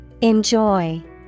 enjoy